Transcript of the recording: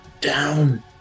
down